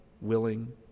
willing